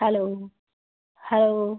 hello hello